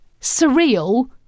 surreal